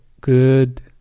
good